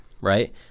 right